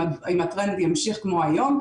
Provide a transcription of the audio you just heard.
אם הטרנד ימשיך כמו היום,